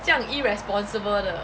这样 irresponsible 的